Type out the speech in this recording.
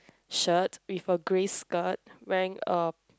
shirt with a grey skirt wearing a